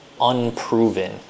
unproven